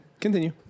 Continue